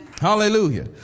Hallelujah